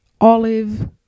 olive